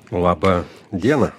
laba diena